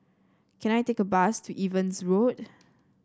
can I take a bus to Evans Road